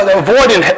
avoiding